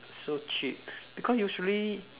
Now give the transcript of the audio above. so cheap because usually